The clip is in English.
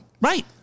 Right